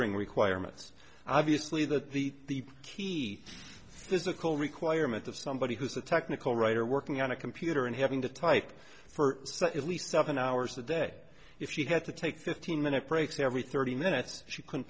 fingering requirements obviously that the key physical requirement of somebody who's a technical writer working on a computer and having to type for at least seven hours a day if she had to take the thirteen minute breaks every thirty minutes she c